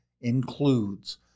includes